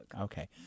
Okay